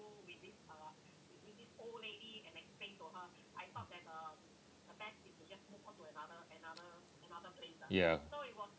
ya